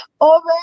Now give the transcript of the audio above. over